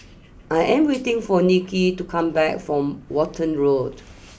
I am waiting for Nicki to come back from Walton Road